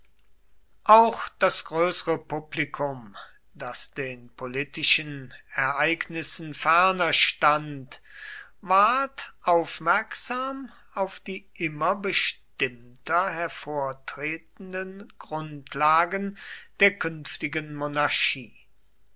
auch das größere publikum das den politischen ereignissen ferner stand ward aufmerksam auf die immer bestimmter hervortretenden grundlagen der künftigen monarchie